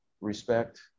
respect